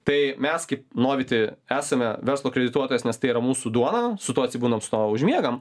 tai mes kaip novity esame verslo kredituotojas nes tai yra mūsų duona su tuo atsibudam su tuo užmiegam